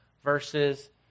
verses